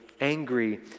angry